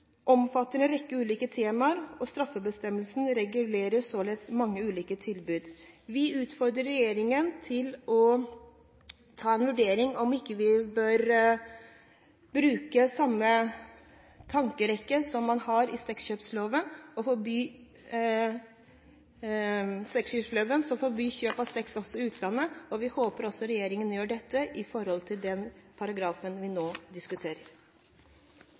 omfatter en rekke ulike temaer, og straffebestemmelsen regulerer således mange ulike tilbud. Vi utfordrer regjeringen til å vurdere om man ikke bør bruke samme tankerekken som man gjorde i forbindelse med sexkjøploven, som forbyr kjøp av sex også i utlandet. Vi håper regjeringen vurderer dette i forbindelse med den paragrafen vi nå diskuterer.